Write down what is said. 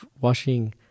washing